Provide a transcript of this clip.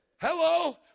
Hello